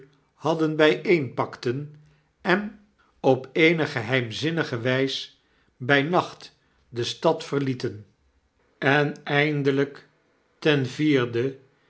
hadden byeenpakten en op eene geheimzinnige wijs bij nacht de stadverlieten en eindelyk ten vierde